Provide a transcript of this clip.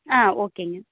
ஆ ஓகேங்க